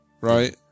Right